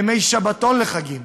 ימי שבתון בחגים,